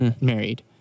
married